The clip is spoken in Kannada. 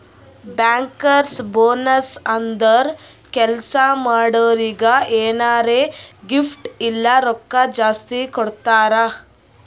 ಬ್ಯಾಂಕರ್ಸ್ ಬೋನಸ್ ಅಂದುರ್ ಕೆಲ್ಸಾ ಮಾಡೋರಿಗ್ ಎನಾರೇ ಗಿಫ್ಟ್ ಇಲ್ಲ ರೊಕ್ಕಾ ಜಾಸ್ತಿ ಕೊಡ್ತಾರ್